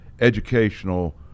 educational